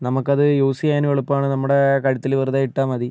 നമുക്ക് അത് യൂസ് ചെയ്യാനും എളുപ്പമാണ് നമ്മുടെ കഴുത്തിൽ വെറുതെ ഇട്ടാൽ മതി